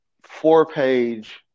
four-page